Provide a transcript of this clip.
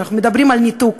אנחנו מדברים על ניתוק,